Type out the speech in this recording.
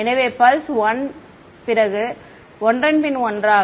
எனவே பல்ஸ் 1 பிறகு ஒன்றன்பின் ஒன்றாக